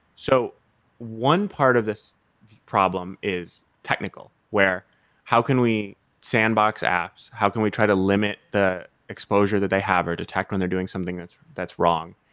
so one part of this problem is technical, where how can we sandbox apps? how can we try to limit the exposure that they have or detect when they're doing something that's that's wrong?